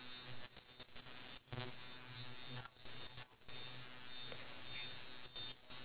so if you know if you have a plan then you already know the outcome of it